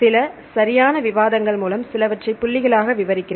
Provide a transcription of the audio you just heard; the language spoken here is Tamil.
சில சரியான விவாதங்கள் மூலம் சிலவற்றை புள்ளிகளாக விவரிக்கிறேன்